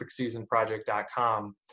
perfectseasonproject.com